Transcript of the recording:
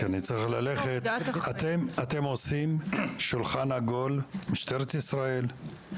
כי אני צריך ללכת: אתם עושים שולחן עגול של משטרת ישראל,